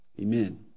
amen